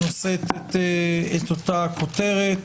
שנושאת את אותה כותרת,